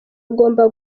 agomba